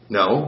no